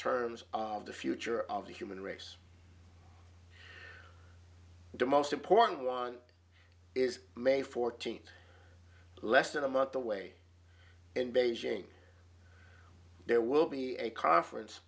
terms of the future of the human race the most important one is may fourteenth less than a month away in beijing there will be a conference